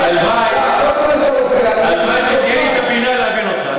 הלוואי שתהיה לי הבינה להבין אותך.